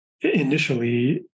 initially